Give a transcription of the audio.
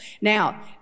Now